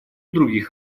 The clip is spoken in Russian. других